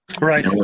Right